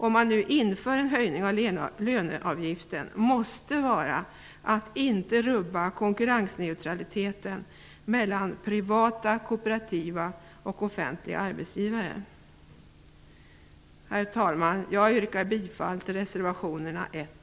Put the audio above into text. Om man nu inför en höjning av löneavgiften måste en självklar förutsättning vara att inte rubba konkurrensneutraliteten mellan privata, kooperativa och offentliga arbetsgivare. Herr talman! Jag yrkar bifall till reservationerna 1